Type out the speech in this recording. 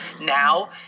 now